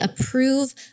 approve